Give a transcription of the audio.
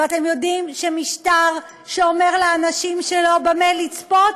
ואתם יודעים שמשטר שאומר לאנשים שלו במה לצפות,